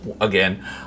again